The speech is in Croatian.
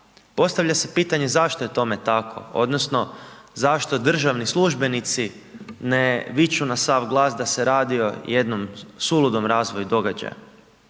Postavlja se pitanje zašto je tome tako odnosno zašto državni službenici ne viču na sav glas da se radi o jednom suludom razvoju događaja?